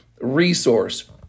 resource